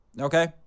Okay